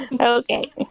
okay